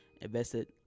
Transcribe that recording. invested